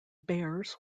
bears